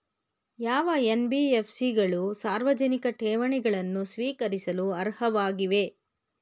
ಯಾವ ಎನ್.ಬಿ.ಎಫ್.ಸಿ ಗಳು ಸಾರ್ವಜನಿಕ ಠೇವಣಿಗಳನ್ನು ಸ್ವೀಕರಿಸಲು ಅರ್ಹವಾಗಿವೆ?